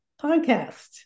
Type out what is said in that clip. podcast